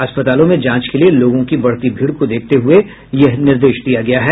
अस्पतालों में जांच के लिए लोगों की बढ़ती भीड़ को देखते हुए यह निर्देश दिया गया है